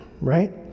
right